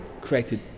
created